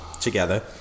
together